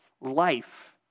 life